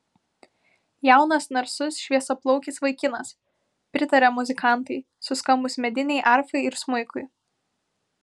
jaunas narsus šviesiaplaukis vaikinas pritarė muzikantai suskambus medinei arfai ir smuikui